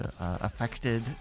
affected